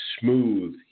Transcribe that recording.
smooth